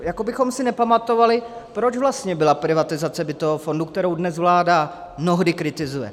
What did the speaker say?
Jako bychom si nepamatovali, proč vlastně byla privatizace bytového fondu, kterou dnes vláda mnohdy kritizuje.